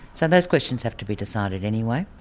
so those questions have to be decided anyway.